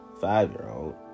five-year-old